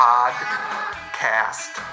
Podcast